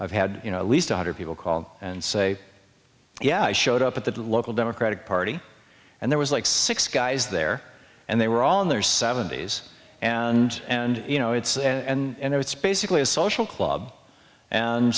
i've had you know at least a hundred people call and say yeah i showed up at the local democratic party and there was like six guys there and they were all in their seventy's and and you know it's and it's basically a social club and